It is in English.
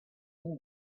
seen